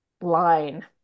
line